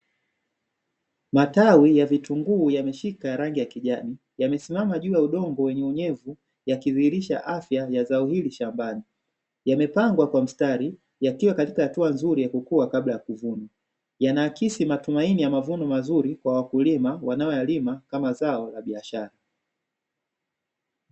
Matawi ya vitunguu yameshika rangi ya kijani yamesimama juu ya udongo wenye unyevu yakidhihirisha afya ya zao hili shambani, yamepangwa kwa mstari yakiwa katika hatua nzuri ya kukua kabla ya kuvunwa, yana akisi matumaini ya mavuno mazuri kwa wakulima wanaoyalima kama zao na biashara.